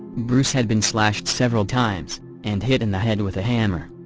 bruce had been slashed several times and hit in the head with a hammer.